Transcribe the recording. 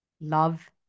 love